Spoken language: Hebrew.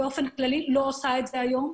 לא עושה את זה היום,